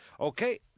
Okay